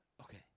Okay